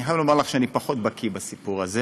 אני חייב לומר לך שאני פחות בקי בסיפור הזה,